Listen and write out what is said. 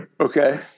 Okay